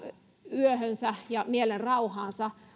yöhönsä ja mielenrauhaansa